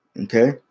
okay